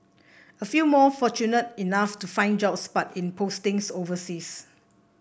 a few more fortunate enough to find jobs but in postings overseas